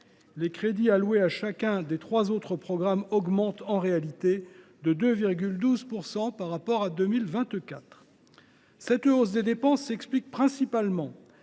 Les crédits alloués à chacun des trois autres programmes augmentent en réalité de 2,12 % par rapport à 2024. Cette hausse des dépenses s’explique par le